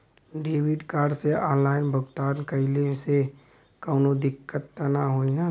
Debit card से online भुगतान कइले से काउनो दिक्कत ना होई न?